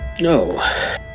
No